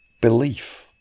belief